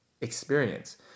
experience